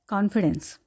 Confidence